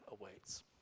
awaits